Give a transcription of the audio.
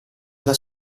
alla